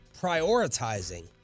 Prioritizing